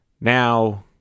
Now